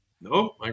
no